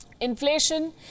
inflation